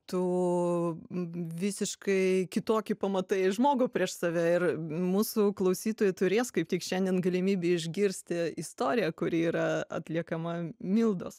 tu visiškai kitokį pamatai žmogų prieš save ir mūsų klausytojai turės kaip tik šiandien galimybę išgirsti istoriją kuri yra atliekama mildos